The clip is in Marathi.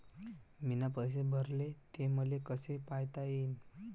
मीन पैसे भरले, ते मले कसे पायता येईन?